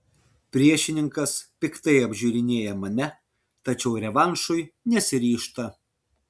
priešininkas piktai apžiūrinėja mane tačiau revanšui nesiryžta